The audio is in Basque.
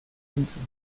entzun